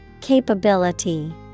Capability